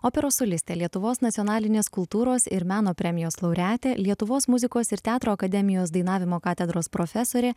operos solistė lietuvos nacionalinės kultūros ir meno premijos laureatė lietuvos muzikos ir teatro akademijos dainavimo katedros profesorė